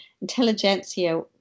intelligentsia